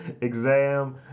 exam